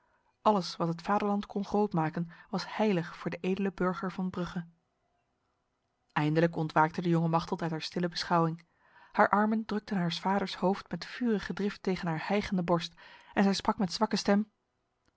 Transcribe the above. alles wat het vaderland kon groot maken was heilig voor de edele burger van brugge eindelijk ontwaakte de jonge machteld uit haar stille beschouwing haar armen drukten haars vaders hoofd met vurige drift tegen haar hijgende borst en zij sprak met zwakke stem